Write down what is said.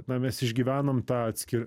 na mes išgyvenam tą atskir